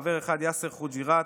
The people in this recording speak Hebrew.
חבר אחד: יאסר חוג'יראת,